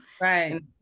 Right